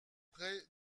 prêts